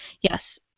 yes